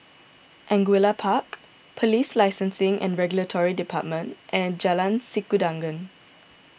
Angullia Park Police Licensing and Regulatory Department and Jalan Sikudangan